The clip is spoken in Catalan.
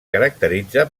caracteritza